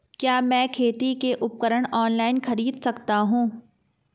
क्या मैं खेती के उपकरण ऑनलाइन खरीद सकता हूँ?